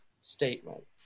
statement